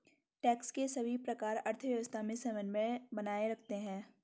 tax के सभी प्रकार अर्थव्यवस्था में समन्वय बनाए रखते हैं